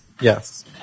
Yes